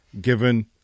given